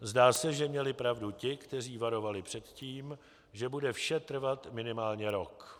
Zdá se, že měli pravdu ti, kteří varovali před tím, že bude vše trvat minimálně rok.